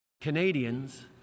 Canadians